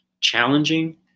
challenging